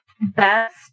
best